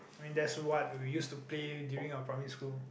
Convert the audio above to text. I mean that's what we used to play during our primary school